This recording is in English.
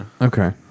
Okay